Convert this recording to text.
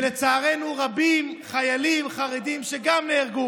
ולצערנו חיילים חרדים רבים נהרגו.